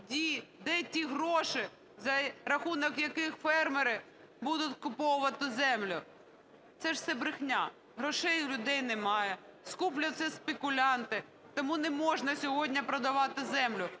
Де ті гроші, за рахунок яких фермери будуть скуповувати землю?" Це ж все брехня. Грошей у людей немає, скуплять все спекулянти. Тому неможна сьогодні продавати землю,